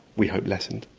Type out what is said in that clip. we hope, lessened.